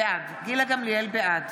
גמליאל, בעד